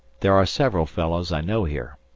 there are several fellows i know here.